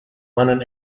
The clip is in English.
lennon